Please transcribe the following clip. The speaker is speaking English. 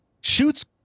shoots